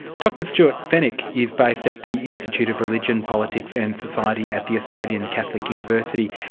dr stewart fenwick is based at the institute of religion, politics and society at the australian catholic university.